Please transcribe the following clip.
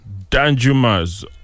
Danjumas